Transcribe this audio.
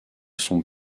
son